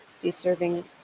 deserving